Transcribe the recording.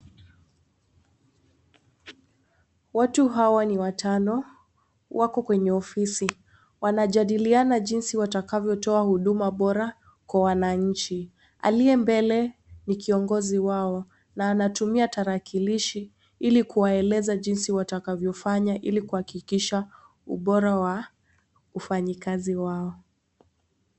Watu hawa ni watano, wako kwenye ofisi. Wanajadiliana jinsi watakavyo toa huduma bora kwa wananchi. Aliye mbele ni kiongozi wao na anatumia tarakilishi ili kuwaeleza jinsi watakavyofanya. Ili kuhakikisha ubora wa ufanyikazi wao.